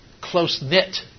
close-knit